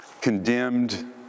condemned